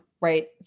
right